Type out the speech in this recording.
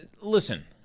listen